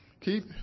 Keep